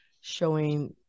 showing